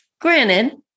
Granted